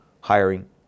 hiring